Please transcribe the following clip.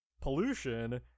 pollution